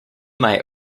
may